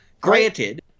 Granted